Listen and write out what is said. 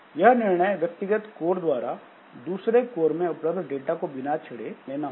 यह निर्णय व्यक्तिगत कोर द्वारा दूसरे कोर में उपलब्ध डाटा को बिना छेड़े लेना होगा